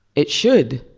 it should.